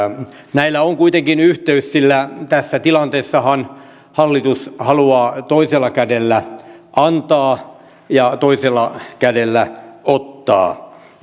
näillä on kuitenkin yhteys sillä tässä tilanteessahan hallitus haluaa toisella kädellä antaa ja toisella kädellä ottaa